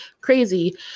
crazy